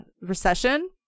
recession